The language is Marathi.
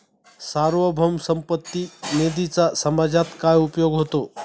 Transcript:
सार्वभौम संपत्ती निधीचा समाजात काय उपयोग होतो?